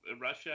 Russia